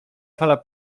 fala